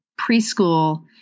preschool